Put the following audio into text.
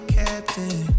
captain